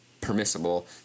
permissible